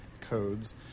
codes